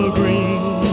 green